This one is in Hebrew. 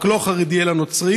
רק לא חרדי אלא נוצרי,